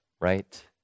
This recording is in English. right